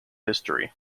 history